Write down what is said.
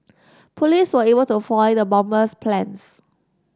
police were able to foil the bomber's plans